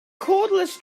cordless